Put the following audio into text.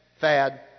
fad